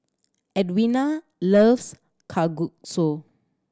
Edwina loves Kalguksu